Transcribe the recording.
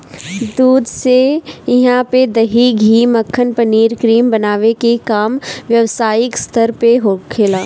दूध से इहा पे दही, घी, मक्खन, पनीर, क्रीम बनावे के काम व्यवसायिक स्तर पे होखेला